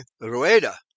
Rueda